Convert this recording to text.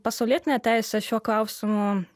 pasaulietinė teisė šiuo klausimu